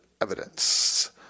evidence